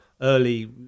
early